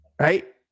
Right